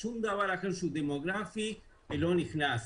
שום דבר אחר שהוא דמוגרפי לא נכנס.